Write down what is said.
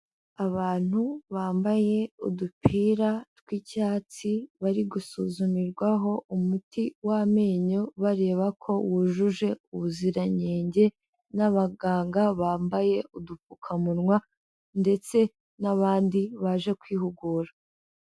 Abantu bambaye udupira tw'icyatsi, bari gusuzumirwaho umuti w'amenyo bareba ko wujuje ubuziranenge, n'abaganga bambaye udupfukamunwa, ndetse n'abandi baje kwihugura.